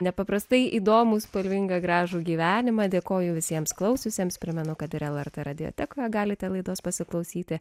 nepaprastai įdomų spalvingą gražų gyvenimą dėkoju visiems klausiusiems primenu kad ir lrt radiotekoje galite laidos pasiklausyti